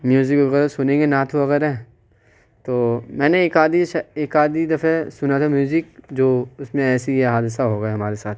music وغیرہ سنیں گے نعت وغیرہ تو میں نے ایک آدمی سے ایک آدھ ہی دفعہ سنا تھا میوزک جو اس میں ایسی یہ حادثہ ہو گیا ہمارے ساتھ